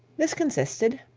this consisted,